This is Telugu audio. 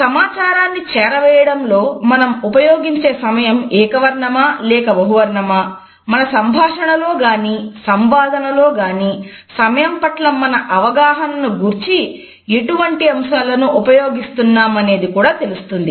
సమాచారాన్ని చేరవేయడంలో మనం ఉపయోగించే సమయం ఏకవర్ణమా లేక బహువర్ణమా మన సంభాషణ లో గాని సంవాదనలో గాని సమయం పట్ల మన అవగాహనను గూర్చి ఎటువంటి అంశాలను ఉపయోగిస్తున్నామనేది కూడా తెలుస్తుంది